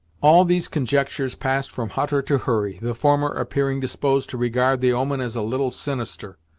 all these conjectures passed from hutter to hurry, the former appearing disposed to regard the omen as a little sinister,